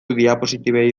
diapositibei